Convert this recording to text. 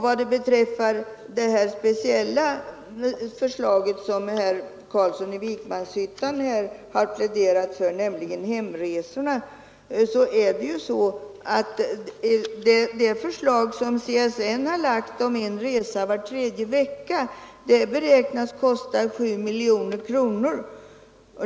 Vad beträffar det speciella förslag om hemresorna som herr Carlsson i Vikmanshyttan har pläderat för, så beräknas ju ett förverkligande av det förslag som CSN framlagt om en resa var tredje vecka kosta 7 miljoner kronor.